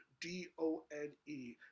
D-O-N-E